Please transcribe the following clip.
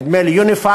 נדמה לי "יוניפארם",